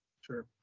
Sure